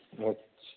اچھا